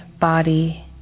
body